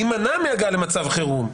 שכדי להימנע מהגעה למצב חירום,